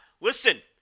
Listen